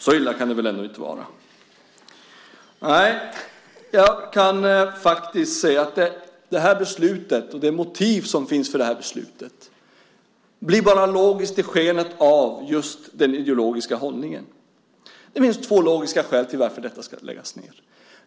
Så illa kan det väl ändå inte vara. Nej, det här beslutet liksom dess motiv blir bara logiskt i skenet av just den ideologiska hållningen. Det finns två logiska skäl till att detta ska läggas ned.